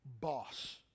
boss